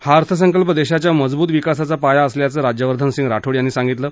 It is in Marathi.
हा अर्थसंकल्प देशाच्या मजबूत विकासाचा पाया असल्याचं राज्यवर्धन सिंग राठोड यांनी सांगितलं